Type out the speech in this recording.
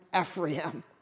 Ephraim